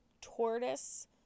tortoise